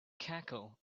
cackle